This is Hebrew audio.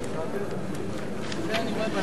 סעיפים 34 36, כהצעת הוועדה, נתקבלו.